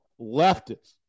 leftists